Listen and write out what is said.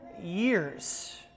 years